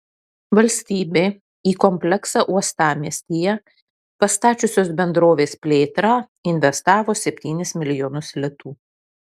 valstybė į kompleksą uostamiestyje pastačiusios bendrovės plėtrą investavo septynis milijonus litų